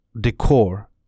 decor